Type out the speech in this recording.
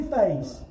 face